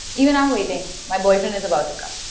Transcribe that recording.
even i'm waiting. my boyfriend is about to come.